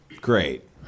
Great